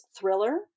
thriller